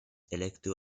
elektu